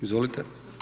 Izvolite.